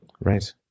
Right